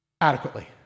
adequately